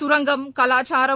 சுரங்கம் கலாச்சாரம்